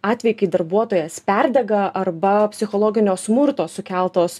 atvejai kai darbuotojas perdega arba psichologinio smurto sukeltos